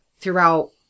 throughout